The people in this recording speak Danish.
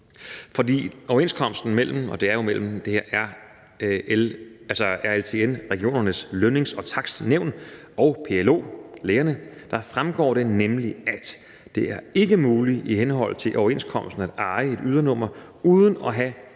For af overenskomsten mellem RLTN, altså Regionernes Lønnings- og Takstnævn, og PLO, altså lægerne, fremgår det nemlig, at det ikke er muligt i henhold til overenskomsten at eje et ydernummer uden at have